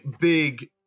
big